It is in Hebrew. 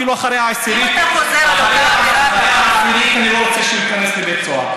אפילו אחרי העשירית אני לא רוצה שהוא ייכנס לבית סוהר.